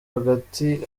hagati